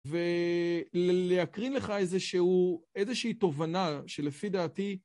ולהקרין לך איזושהי תובנה שלפי דעתי